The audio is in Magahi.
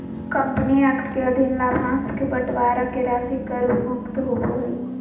कंपनी एक्ट के अधीन लाभांश के बंटवारा के राशि कर मुक्त होबो हइ